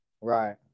Right